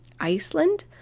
Iceland